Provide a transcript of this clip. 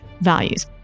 values